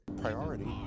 Priority